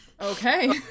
Okay